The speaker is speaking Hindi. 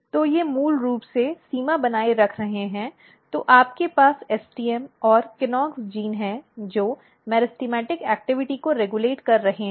तो ये मूल रूप से सीमा बनाए रख रहे हैं तो आपके पास STM और KNOX जीन है जो मेरिस्टेमेटिक गतिविधि को रेगुलेट कर रहे हैं